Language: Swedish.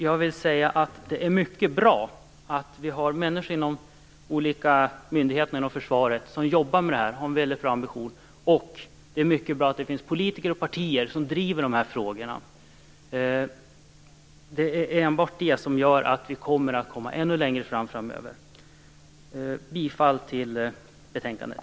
Jag vill säga att det är mycket bra att vi har människor inom olika myndigheter i försvaret som jobbar med det här och som har en väldigt hög ambition. Det är också mycket bra att det finns politiker och partier som driver de här frågorna. Det är enbart det som gör att vi framöver kommer att komma ännu längre framåt. Jag yrkar bifall till hemställan i betänkandet.